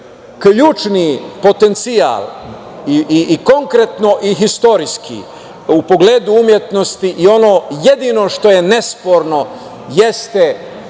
ključni potencijal i konkretno i istorijski u pogledu umetnosti i ono jedino što je nesporno jeste